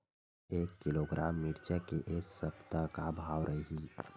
एक किलोग्राम मिरचा के ए सप्ता का भाव रहि?